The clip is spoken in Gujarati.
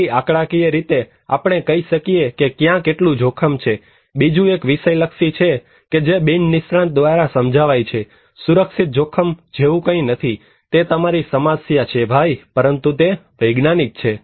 તેથી આંકડાકીય રીતે આપણે કહી શકીએ કે ક્યાં કેટલું જોખમ છે બીજું એક વિષયલક્ષી છે કે જે બિન નિષ્ણાંત દ્વારા સમજાય છે સુરક્ષિત જોખમ જેવું કંઈ નથી તે તમારી સમસ્યા છે ભાઈ પરંતુ તે વૈજ્ઞાનિક છે